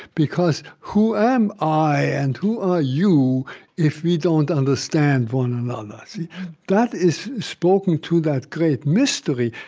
because who am i and who are you if we don't understand one another? that is spoken to that great mystery.